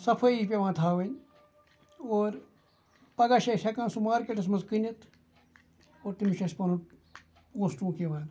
صفٲیی پیٚوان تھاوٕنۍ اور پَگَہہ چھِ أسۍ ہیٚکان سُہ مارکیٹَس مَنٛز کٕنِتھ اور تمس چھُ اَسہِ پَنُن پونٛسہِ ٹونٛک یِوان